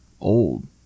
old